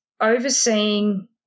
overseeing